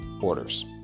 orders